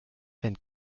wenn